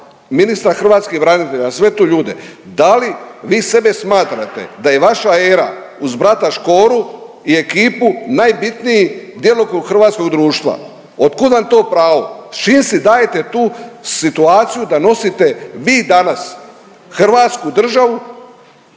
Ministra hrvatskih branitelja sve tu ljude, da li vi sebe smatrate da je vaša era uz brata Škoru i ekipu najbitniji djelokrug hrvatskog društva? Od kud vam to pravo? Čim si dajete tu situaciju da nosite vi danas Hrvatsku državu